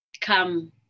come